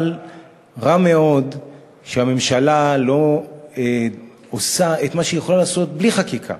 אבל רע מאוד שהממשלה לא עושה את מה שהיא יכולה לעשות בלי חקיקה.